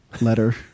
letter